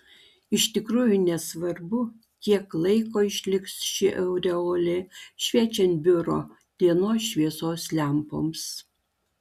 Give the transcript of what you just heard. iš tikrųjų nesvarbu kiek laiko išliks ši aureolė šviečiant biuro dienos šviesos lempoms